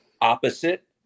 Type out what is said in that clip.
opposite